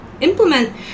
implement